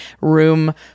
room